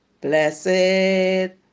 Blessed